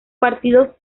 partidos